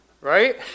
Right